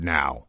now